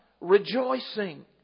rejoicing